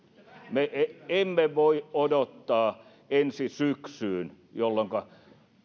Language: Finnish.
me emme voi odottaa ensi syksyyn jolloinka